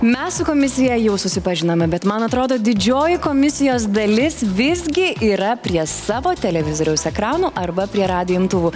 mes su komisija jau susipažinome bet man atrodo didžioji komisijos dalis visgi yra prie savo televizoriaus ekranų arba prie radijo imtuvų